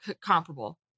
comparable